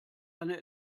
eine